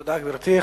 תודה, גברתי.